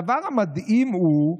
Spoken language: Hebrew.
הדבר המדהים הוא,